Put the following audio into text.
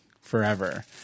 forever